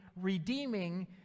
redeeming